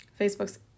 Facebook's